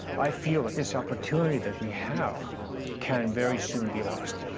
i feel that this opportunity that we have can very soon be lost.